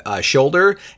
shoulder